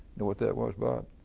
know what that was, bob?